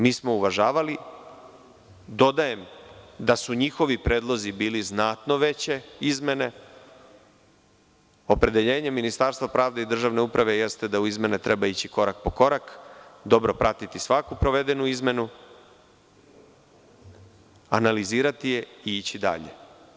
Mi smo uvažavali, dodajem, njihovi predlozi su bili znatno veće izmene, a opredeljenje Ministarstva pravde i državne uprave jeste da u izmene treba ići korak po korak, dobro pratiti svaku sprovedenu izmenu, analizirati je i ići dalje.